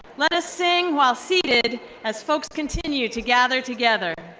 let us sing while seated as folks continue to gather together.